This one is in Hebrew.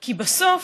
כי בסוף,